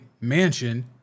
mansion